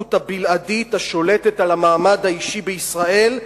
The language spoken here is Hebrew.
כסמכות הבלעדית השולטת על המעמד האישי בישראל,